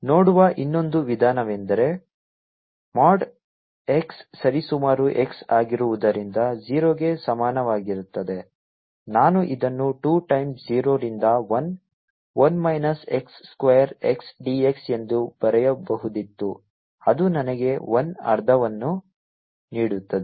ಇದನ್ನು ನೋಡುವ ಇನ್ನೊಂದು ವಿಧಾನವೆಂದರೆ ಮಾಡ್ x ಸರಿಸುಮಾರು x ಆಗಿರುವುದರಿಂದ 0 ಗೆ ಸಮಾನವಾಗಿರುತ್ತದೆ ನಾನು ಇದನ್ನು 2 ಟೈಮ್ಸ್ 0 ರಿಂದ 1 1 minus x square x d x ಎಂದು ಬರೆಯಬಹುದಿತ್ತು ಅದು ನನಗೆ 1 ಅರ್ಧವನ್ನು ನೀಡುತ್ತದೆ